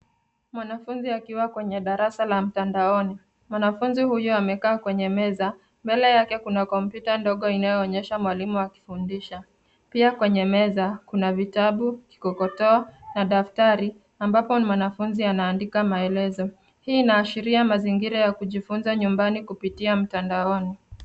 Mwanafunzi akiwa kwenye darasa la mtandaoni. Mwanafunzi huyo amekaa kwenye meza , mbele yake kuna kompyuta ndogo inayo onyesha mwalimu akifundisha pia kwenye meza kuna vitabu, kikokoto na daftari ambapo ni mwanafunzi ana andika maelezo. Hii ina ashiria mazingira ya kujifunza nyumbani kupitia mtandaoni.